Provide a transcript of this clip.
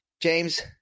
James